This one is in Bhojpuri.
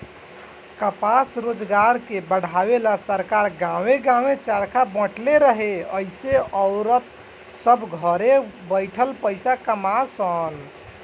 कपास रोजगार के बढ़ावे ला सरकार गांवे गांवे चरखा बटले रहे एसे औरत सभ घरे बैठले पईसा कमा सन